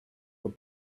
were